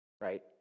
right